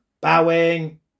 Bowing